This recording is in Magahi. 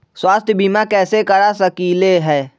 स्वाथ्य बीमा कैसे करा सकीले है?